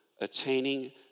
attaining